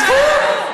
חכו.